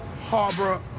Harbor